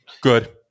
good